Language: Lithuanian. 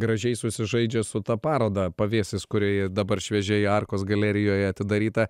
gražiai susižaidžia su ta paroda pavėsis kuri dabar šviežiai arkos galerijoje atidaryta